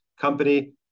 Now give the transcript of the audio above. company